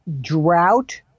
drought